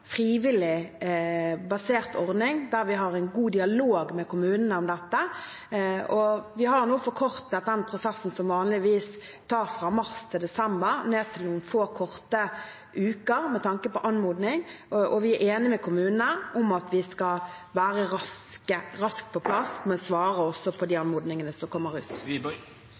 frivillig basert ordning der vi har en god dialog med kommunene om dette. Vi har nå forkortet den anmodningsprosessen, som vanligvis tar fra mars til desember, ned til noen få korte uker, og vi er enig med kommunene om at vi skal være raskt på plass med å svare på de anmodningene som kommer ut.